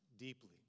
deeply